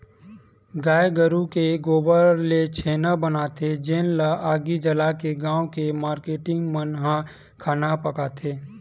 गाये गरूय के गोबर ले छेना बनाथे जेन ल आगी जलाके गाँव के मारकेटिंग मन ह खाना पकाथे